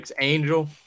Angel